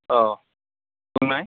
अ बुंनाय